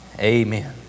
amen